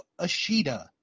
Ashida